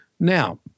Now